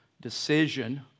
decision